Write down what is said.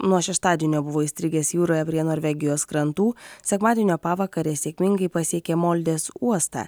nuo šeštadienio buvo įstrigęs jūroje prie norvegijos krantų sekmadienio pavakarę sėkmingai pasiekė moldės uostą